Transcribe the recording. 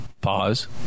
Pause